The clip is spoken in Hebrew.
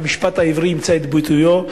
שהמשפט העברי ימצא את ביטויו,